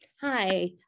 Hi